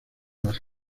las